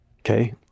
okay